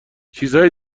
چیزهای